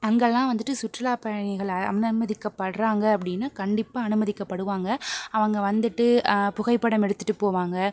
அங்கேளான் வந்துவிட்டு சுற்றுலா பயணிகள் அனுமதிக்க பட்றாங்க அப்படின்னா கண்டிப்பாக அனுமதிக்க படுவாங்க அவங்க வந்துவிட்டு புகைப்படம் எடுத்துகிட்டு போவாங்க